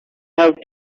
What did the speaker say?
have